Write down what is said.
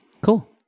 Cool